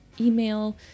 email